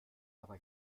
aber